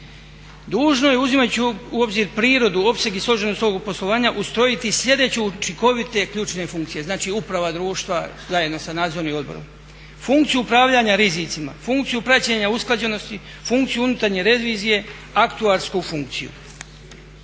dužno je uzimajući u obzir prirodu, opseg i složenost ovog poslovanja ustrojiti sljedeće učinkovite ključne funkcije. Znači uprava društva zajedno sa nadzornim odborom. Funkciju upravljanja rizicima, funkciju praćenja usklađenosti, funkciju unutarnje revizije, aktuarsku funkciju.